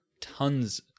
tons